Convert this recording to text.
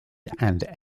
and